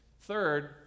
third